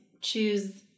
choose